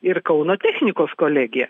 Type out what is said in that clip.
ir kauno technikos kolegija